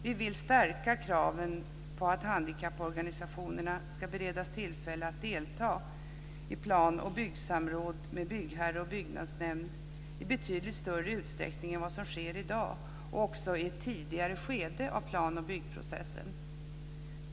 Vi vill stärka kraven på att handikapporganisationerna ska beredas tillfälle att delta i plan och byggsamråd med byggherre och byggnadsnämnd i betydligt större utsträckning än vad som sker i dag och också i ett tidigare skede av plan och byggprocessen.